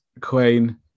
Queen